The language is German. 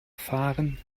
fahren